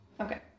Okay